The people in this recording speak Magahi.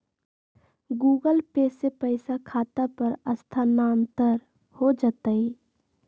गूगल पे से पईसा खाता पर स्थानानंतर हो जतई?